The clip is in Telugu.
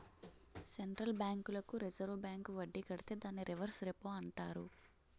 సెంట్రల్ బ్యాంకులకు రిజర్వు బ్యాంకు వడ్డీ కడితే దాన్ని రివర్స్ రెపో అంటారు